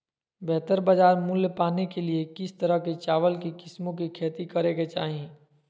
बेहतर बाजार मूल्य पाने के लिए किस तरह की चावल की किस्मों की खेती करे के चाहि?